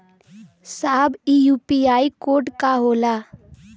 साहब इ UPI code का होला?